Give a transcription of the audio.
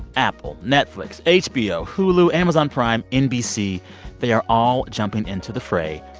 apple, netflix, hbo, hulu, amazon prime, nbc they are all jumping into the fray,